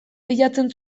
bilatzen